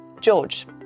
George